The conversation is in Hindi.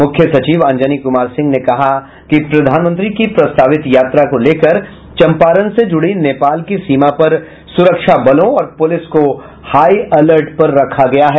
मुख्य सचिव अंजनी कुमार सिंह ने कहा कि प्रधानमंत्री की प्रस्तावित यात्रा को लेकर चम्पारण से जुड़ी नेपाल की सीमा पर सुरक्षा बलों और पुलिस को हाई अलर्ट पर रखा गया है